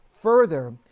further